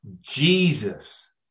Jesus